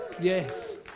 yes